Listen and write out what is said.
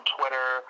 Twitter